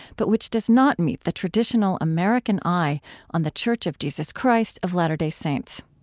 but which does not meet the traditional american eye on the church of jesus christ of latter-day saints